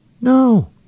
No